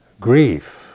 grief